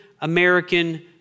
American